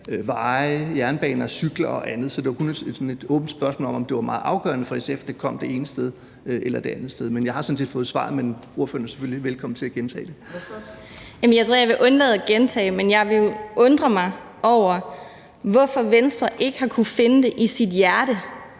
veje, jernbaner, cykler og andet. Så det var kun et åbent spørgsmål om, om det var meget afgørende for SF, om det var det ene sted eller det andet sted. Jeg har sådan set fået svar, men ordføreren er selvfølgelig velkommen til at gentage det. Kl. 18:57 Fjerde næstformand (Trine Torp): Ordføreren. Kl. 18:57 Anne Valentina Berthelsen